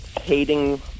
hating